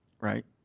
right